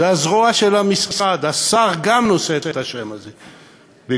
זו הזרוע של המשרד, השר גם נושא את השם הזה בגאון.